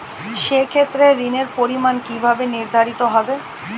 সে ক্ষেত্রে ঋণের পরিমাণ কিভাবে নির্ধারিত হবে?